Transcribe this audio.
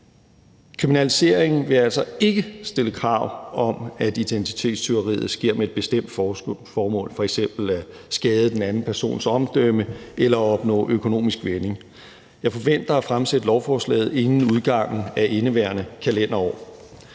Kriminaliseringen vil altså ikke stille krav om, at identitetstyveriet sker med et bestemt formål, f.eks. at skade den pågældende persons omdømme eller at opnå økonomisk vinding. Jeg forventer at fremsætte lovforslaget inden udgangen af indeværende kalenderår.